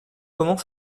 comment